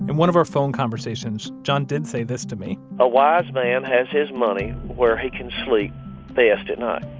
and one of our phone conversations, john did say this to me a wise man has his money where he can sleep best at night.